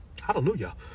Hallelujah